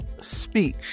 speech